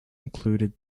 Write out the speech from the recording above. included